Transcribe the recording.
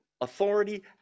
Authority